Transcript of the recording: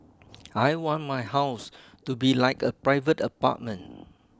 I want my house to be like a private apartment